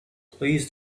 please